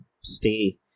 stay